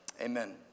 amen